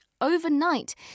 overnight